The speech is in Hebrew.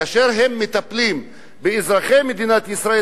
כאשר הם מטפלים באזרחי מדינת ישראל,